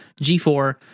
G4